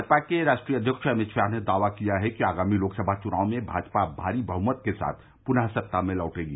भाजपा के राष्ट्रीय अध्यक्ष अमित शाह ने दावा किया है कि आगामी लोकसभा चुनाव में भाजपा भारी बहुमत के साथ पुनः सत्ता में लौटेगी